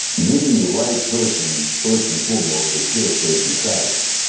getting the right person, first and foremost that killed stacy stites.